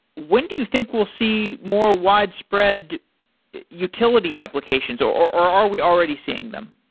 when do you think we'll see more widespread utility applications, or are we already seeing them?